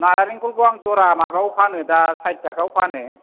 नालेंखरखौ आं जरा माबायाव फानो दा साइट थाखायाव फानो